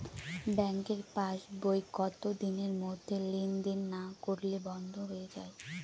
ব্যাঙ্কের পাস বই কত দিনের মধ্যে লেন দেন না করলে বন্ধ হয়ে য়ায়?